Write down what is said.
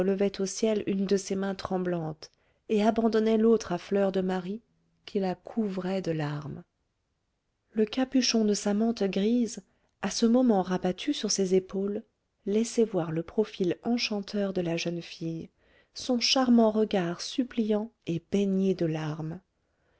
au ciel une de ses mains tremblantes et abandonnait l'autre à fleur de marie qui la couvrait de larmes le capuchon de sa mante grise à ce moment rabattu sur ses épaules laissait voir le profil enchanteur de la jeune fille son charmant regard suppliant et baigné de larmes